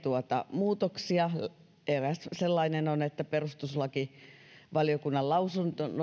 muutoksia eräs sellainen on että perustuslakivaliokunnan lausunnon